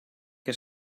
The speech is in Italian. che